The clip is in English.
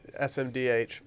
SMDH